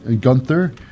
Gunther